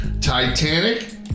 Titanic